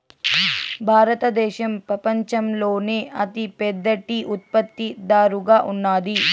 భారతదేశం పపంచంలోనే అతి పెద్ద టీ ఉత్పత్తి దారుగా ఉన్నాది